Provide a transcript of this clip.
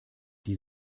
die